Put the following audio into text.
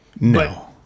No